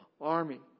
army